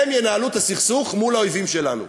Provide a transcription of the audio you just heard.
הם ינהלו את הסכסוך מול האויבים שלנו.